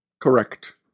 Correct